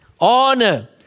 honor